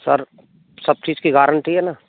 sir सब चीज़ की गारंटी है ना